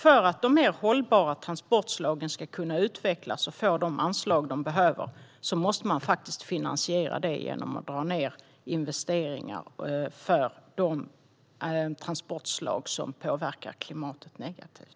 För att de mer hållbara transportslagen ska kunna utvecklas och få de anslag de behöver måste man faktiskt finansiera det genom att dra ned investeringar för de transportslag som påverkar klimatet negativt.